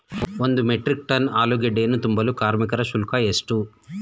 ಒಂದು metric ton ಆಲೂಗೆಡ್ಡೆಯನ್ನು ತುಂಬಲು ಕಾರ್ಮಿಕರ ಶುಲ್ಕ ಎಷ್ಟು?